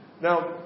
Now